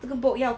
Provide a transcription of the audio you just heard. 这个 bolt 要